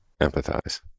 empathize